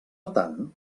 tant